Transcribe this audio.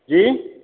जी